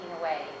away